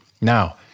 Now